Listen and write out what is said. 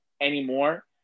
anymore